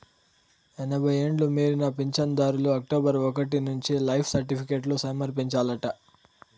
ఎనభై ఎండ్లు మీరిన పించనుదార్లు అక్టోబరు ఒకటి నుంచి లైఫ్ సర్టిఫికేట్లు సమర్పించాలంట